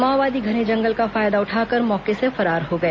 माओवादी घने जंगल का फायदा उठाकर मौके से फरार हो गए